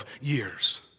years